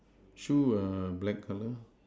shoes ah black colour